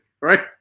right